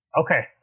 Okay